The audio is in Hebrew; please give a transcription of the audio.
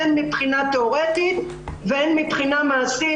הן מבחינה תיאורטית והן מבחינה מעשית,